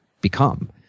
become